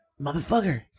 motherfucker